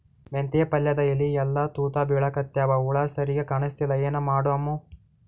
ಮೆಂತೆ ಪಲ್ಯಾದ ಎಲಿ ಎಲ್ಲಾ ತೂತ ಬಿಳಿಕತ್ತಾವ, ಹುಳ ಸರಿಗ ಕಾಣಸ್ತಿಲ್ಲ, ಏನ ಮಾಡಮು?